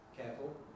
Careful